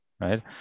right